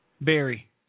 Barry